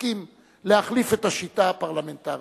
פוסקים להחליף את השיטה הפרלמנטרית.